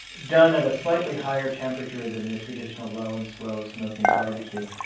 done at a slightly higher temperature than the traditional low and slow smoking barbecue.